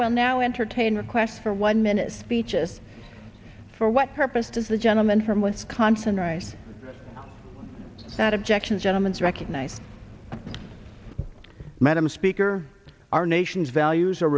will now entertain requests for one minute speeches for what purpose does the gentleman from wisconsin write that objection gentlemens recognize madam speaker our nation's values are